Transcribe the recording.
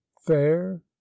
fair